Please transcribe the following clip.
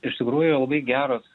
iš tikrųjų labai geras